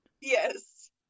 Yes